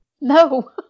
No